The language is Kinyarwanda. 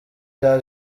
bya